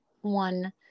one